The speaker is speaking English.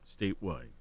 statewide